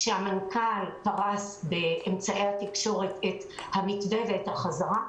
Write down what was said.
כשהמנכ"ל פרס באמצעי התקשורת את המתווה ואת החזרה,